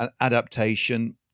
adaptation